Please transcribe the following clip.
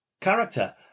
character